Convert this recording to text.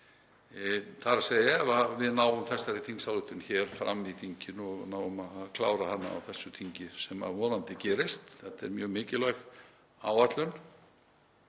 ári, þ.e. ef við náum þessari þingsályktunartillögu fram í þinginu og náum að klára hana á þessu þingi sem vonandi gerist. Þetta er mjög mikilvæg áætlun.